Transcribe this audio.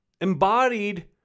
embodied